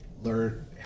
learn